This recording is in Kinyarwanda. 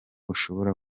ushobora